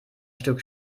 stück